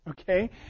Okay